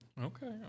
Okay